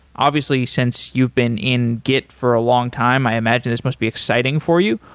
obviously, since you've been in git for a long time, i imagine this must be exciting for you.